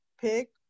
pick